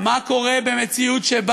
אני לא מתבייש להתנצל, אבל במקרה זה,